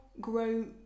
grow